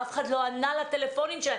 אף אחד לא ענה לטלפונים שלנו.